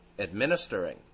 administering